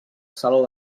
saló